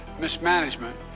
mismanagement